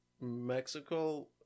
Mexico